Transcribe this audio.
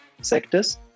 sectors